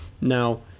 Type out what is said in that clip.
Now